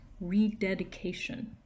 rededication